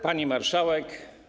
Pani Marszałek!